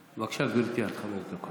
גברתי, עד חמש דקות